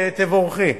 תבורכי.